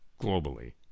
globally